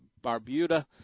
Barbuda